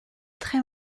très